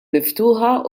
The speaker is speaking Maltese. miftuħa